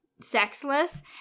sexless